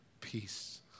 peace